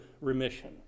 remission